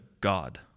God